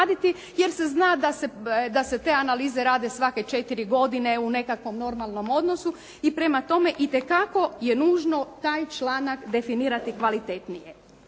jer se zna da se te analize rade svake četiri godine u nekakvom normalnom odnosu i prema tome, itekako je nužno taj članak definirati kvalitetnije.